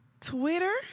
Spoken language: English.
Twitter